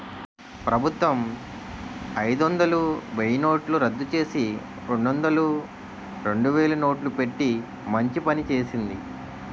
ప్రభుత్వం అయిదొందలు, వెయ్యినోట్లు రద్దుచేసి, రెండొందలు, రెండువేలు నోట్లు పెట్టి మంచి పని చేసింది